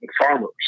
farmers